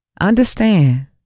Understand